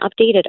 updated